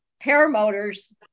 paramotors